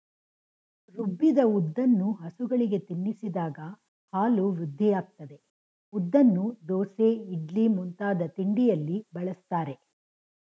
ರುಬ್ಬಿದ ಉದ್ದನ್ನು ಹಸುಗಳಿಗೆ ತಿನ್ನಿಸಿದಾಗ ಹಾಲು ವೃದ್ಧಿಯಾಗ್ತದೆ ಉದ್ದನ್ನು ದೋಸೆ ಇಡ್ಲಿ ಮುಂತಾದ ತಿಂಡಿಯಲ್ಲಿ ಬಳಸ್ತಾರೆ